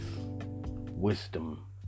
wisdom